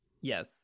yes